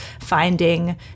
finding